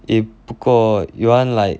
eh 不过 you want like